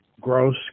Gross